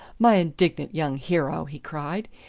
my indignant young hero! he cried.